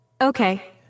Okay